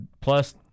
Plus